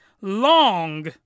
long